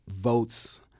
votes